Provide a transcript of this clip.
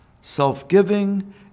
self-giving